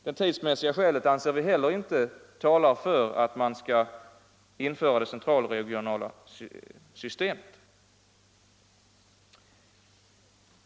Vi anser inte att de tidsmässiga skälen talar för att man skall införa det central/regionala systemet.